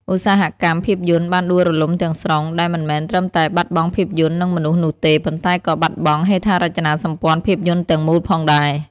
ឧស្សាហកម្មភាពយន្តបានដួលរលំទាំងស្រុង ដែលមិនមែនត្រឹមតែបាត់បង់ភាពយន្ត និងមនុស្សនោះទេ ប៉ុន្តែក៏បាត់បង់ ហេដ្ឋារចនាសម្ព័ន្ធភាពយន្តទាំងមូល ផងដែរ។